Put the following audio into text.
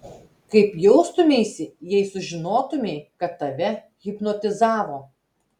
kaip jaustumeisi jei sužinotumei kad tave hipnotizavo